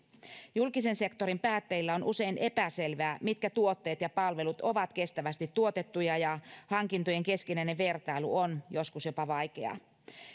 julkisen sektorin päättäjille on usein epäselvää mitkä tuotteet ja palvelut ovat kestävästi tuotettuja ja hankintojen keskinäinen vertailu on joskus jopa vaikeaa